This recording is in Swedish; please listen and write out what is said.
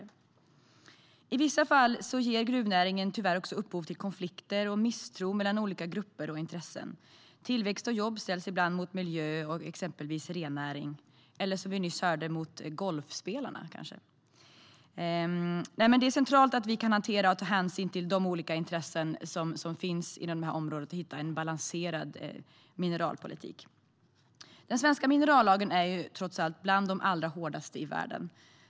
Den svenska minerallagen är trots allt bland de allra hårdaste i världen.